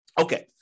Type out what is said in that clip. Okay